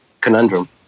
conundrum